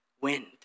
wind